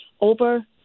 over